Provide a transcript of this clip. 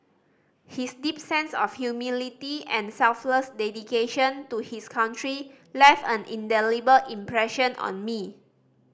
his deep sense of humility and selfless dedication to his country left an indelible impression on me